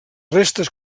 restes